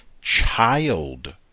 child